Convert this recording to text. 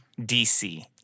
DC